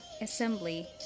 Assembly